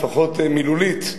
לפחות מילולית,